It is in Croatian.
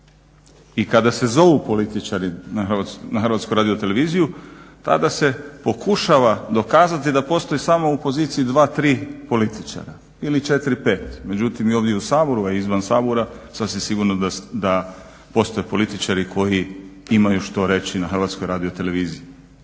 I kada se zovu političari na Hrvatsku radioteleviziju tada se pokušava dokazati da postoji samo u poziciji dva, tri političara ili četiri, pet. Međutim, i ovdje u Saboru a i izvan Sabora sasvim sigurno da postoje političari koji imaju što reći na Hrvatskoj radioteleviziji.